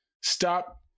Stop